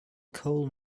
coal